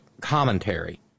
commentary